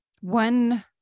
one